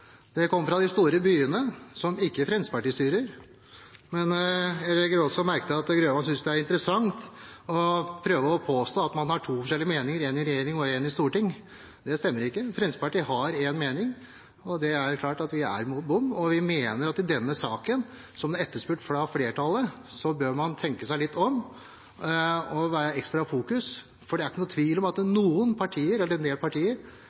Det kom fra de store byene, som ikke Fremskrittspartiet styrer. Jeg legger også merke til at Grøvan synes det er interessant å prøve å påstå at man har to forskjellige meninger, én i regjering og én i storting. Det stemmer ikke. Fremskrittspartiet har én mening, og det er klart at vi er imot bompenger. Vi mener at i denne saken – som det er etterspurt fra flertallet – bør man tenke seg litt om og være ekstra fokusert, for det er ikke noen tvil om at en del partier er veldig for å bruke dette som en